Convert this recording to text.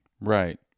Right